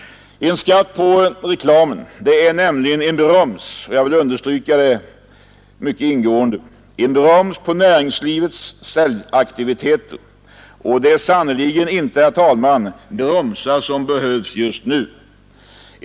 En skatt på reklamen är nämligen en broms — jag vill understryka det — på näringslivets säljaktiviteter, och det är sannerligen inte bromsar som behövs just nu.